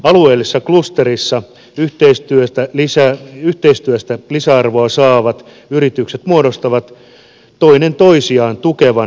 alueellisessa klusterissa yhteistyöstä lisäarvoa saavat yritykset muodostavat toinen toisiaan tukevan tasapainoisen verkoston